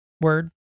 word